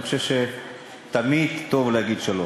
אני חושב שתמיד טוב להגיד שלום.